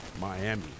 Miami